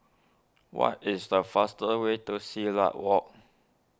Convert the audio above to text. what is the faster way to Silat Walk